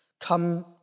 come